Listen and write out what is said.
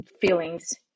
feelings